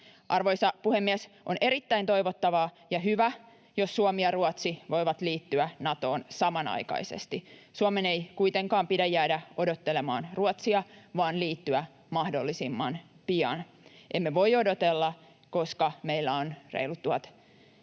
Arvoisa puhemies! On erittäin toivottavaa ja hyvä, jos Suomi ja Ruotsi voivat liittyä Natoon samanaikaisesti. Suomen ei kuitenkaan pidä jäädä odottelemaan Ruotsia, vaan pitää liittyä mahdollisimman pian. Emme voi odotella, koska meillä on reilut 1 340